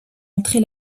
entrée